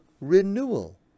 renewal